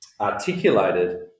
articulated